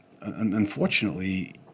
unfortunately